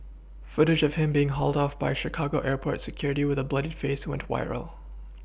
footage of him being hauled off by Chicago airport security with a bloodied face went viral